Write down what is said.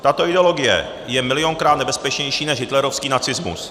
Tato ideologie je milionkrát nebezpečnější než hitlerovský nacismus.